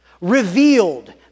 revealed